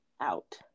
out